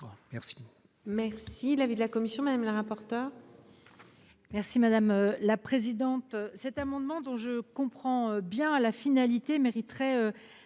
Merci,